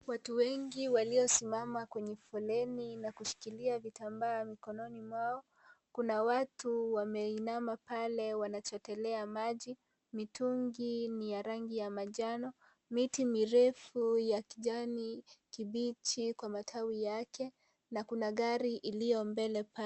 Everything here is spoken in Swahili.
Watu wengi waliosimama kwenye foleni na kushikilia vitambaa mikononi mwao. Kuna watu wameinama pale wanachotelea maji, mitungi ni ya rangi ya manjano miti mirefu ya kijai kibichi kwa matawi yake na kuna gari iliyo mbele.